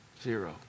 zero